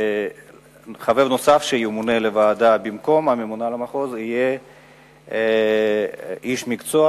שחבר נוסף שימונה לוועדה במקום הממונה על המחוז יהיה איש מקצוע